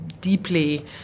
deeply